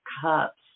Cups